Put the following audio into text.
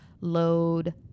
load